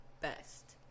best